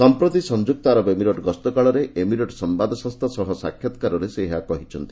ସଂପ୍ରତି ସଂଯୁକ୍ତ ଆରବ ଏମିରେଟ ଗସ୍ତ କାଳରେ ଏମିରେଟ୍ ସମ୍ଭାଦ ସଂସ୍ଥା ସହ ସାକ୍ଷାତକାରରେ ସେ ଏହା କହିଛନ୍ତି